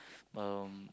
um